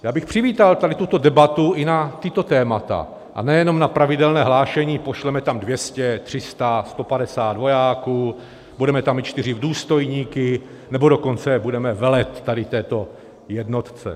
Já bych přivítal debatu i na tato témata, a nejenom na pravidelné hlášení, pošleme tam dvě stě, tři sta, sto padesát vojáků, budeme tam mít čtyři důstojníky, nebo dokonce budeme velet tady této jednotce.